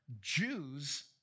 Jews